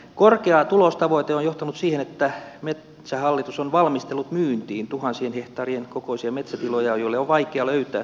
korkea tulostavoite on johtanut siihen että metsähallitus on valmistellut myyntiin tuhan sien hehtaarien kokoisia metsätiloja joille on vaikea löytää suomalaista ostajaa